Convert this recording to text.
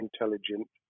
intelligent